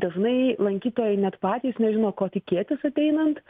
dažnai lankytojai net patys nežino ko tikėtis ateinant